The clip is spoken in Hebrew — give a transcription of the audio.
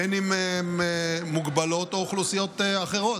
בין עם מוגבלות ובין אוכלוסיות אחרות,